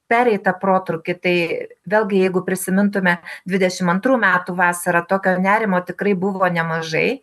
pereitą protrūkį tai vėlgi jeigu prisimintume dvidešimt antrų metų vasarą tokio nerimo tikrai buvo nemažai